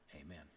amen